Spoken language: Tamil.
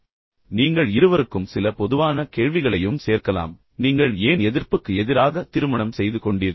பின்னர் நீங்கள் இருவருக்கும் சில பொதுவான கேள்விகளையும் சேர்க்கலாம் அதாவது நீங்கள் ஏன் எதிர்ப்புக்கு எதிராக திருமணம் செய்து கொண்டீர்கள்